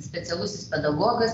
specialusis pedagogas